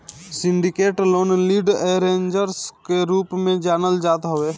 syndicated loan lead arrangers कअ रूप में जानल जात हवे